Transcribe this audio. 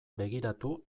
begiratu